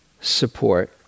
support